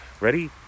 Ready